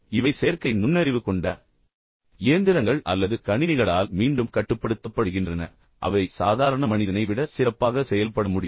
இவை செயற்கை நுண்ணறிவு கொண்ட இயந்திரங்கள் அல்லது கணினிகளால் மீண்டும் கட்டுப்படுத்தப்படுகின்றன அவை சாதாரண மனிதனை விட சிறப்பாக செயல்பட முடியும்